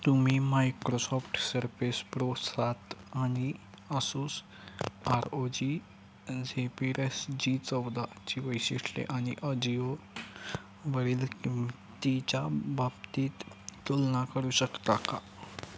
तुम्ही Microsoft surface प्रोसात आणि Asus R O G Zephyrus G चौदा ची वैशिष्ट्य आणि अजिओ वरील किंमतीच्या बाबतीत तुलना करू शकता का